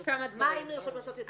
מה היינו יכולים לעשות יותר טוב?